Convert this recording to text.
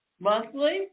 monthly